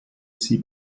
sie